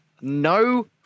No